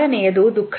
ಆರನೆಯದು ದುಃಖ